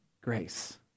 grace